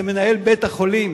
זה מנהל בית-החולים,